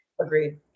Agreed